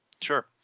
sure